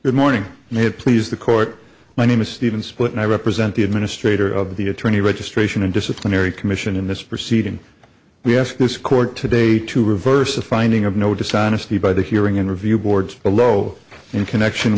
good morning may it please the court my name is stephen split and i represent the administrator of the attorney registration and disciplinary commission in this proceeding we ask this court today to reverse the finding of no dishonesty by the hearing and review boards below in connection